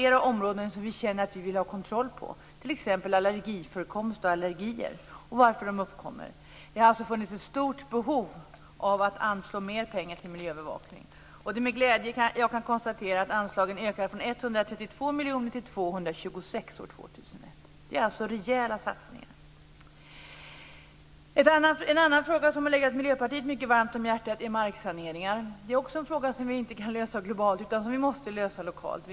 Vi känner att vi vill ha kontroll över alltfler områden, t.ex. förekomsten av allergier och skälen till att de uppkommer. Det har funnits ett stort behov av att anslå mer pengar till miljöövervakning, och det är med glädje som jag kan konstatera att anslagen ökar från 132 miljoner kronor till 226 miljoner år 2001. Det är en rejäl satsning. En annan fråga som har legat Miljöpartiet mycket varmt om hjärtat är marksaneringen. Också det är en fråga som vi inte kan lösa globalt utan måste åtgärda lokalt.